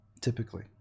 typically